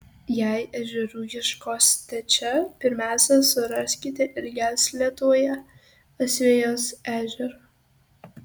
jei ežerų ieškosite čia pirmiausia suraskite ilgiausią lietuvoje asvejos ežerą